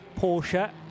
porsche